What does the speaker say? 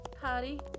party